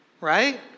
Right